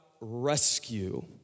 rescue